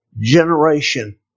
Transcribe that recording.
generation